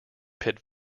pit